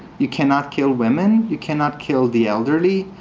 you cannot kill women. you cannot kill the elderly.